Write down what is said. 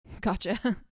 Gotcha